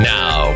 Now